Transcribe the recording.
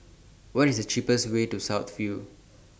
What IS The cheapest Way to South View